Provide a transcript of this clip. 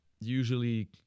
usually